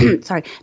Sorry